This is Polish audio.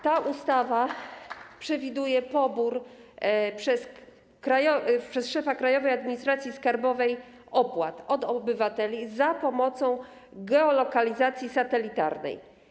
Ta ustawa przewiduje pobór przez szefa Krajowej Administracji Skarbowej opłat od obywateli za pomocą geolokalizacji satelitarnej.